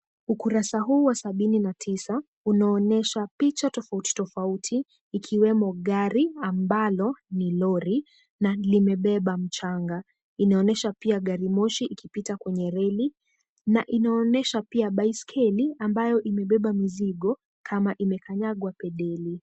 Ukurasa huu wa sabini na tisa unaonyesha picha tofauti tofauti ikiwemo gari ambalo ni lori na limebeba mchanga. Inaonyesha pia gari moshi ikipita kwenye reli na inaonesha pia baiskeli ambayo imebeba mizigo kama ime kanyagwa pedeli.